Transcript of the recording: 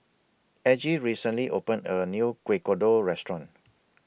Aggie recently opened A New Kuih Kodok Restaurant